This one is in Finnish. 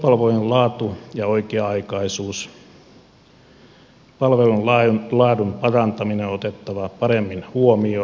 peruspalvelujen laatu ja oikea aikaisuus palvelun laadun parantaminen on otettava paremmin huomioon